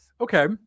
okay